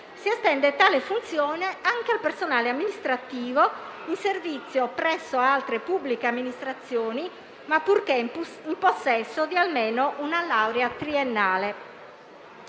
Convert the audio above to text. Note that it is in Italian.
si estende tale funzione anche al personale amministrativo in servizio presso altre pubbliche amministrazioni, purché in possesso di almeno una laurea triennale.